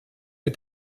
mit